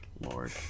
Lord